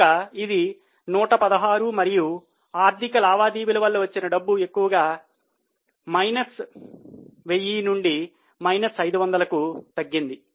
కనుక ఇది 116 మరియు ఆర్థిక లావాదేవీల వల్ల వచ్చిన డబ్బు ఎక్కువగా minus1000 నుండి minus 500 తగ్గింది